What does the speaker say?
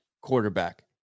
quarterback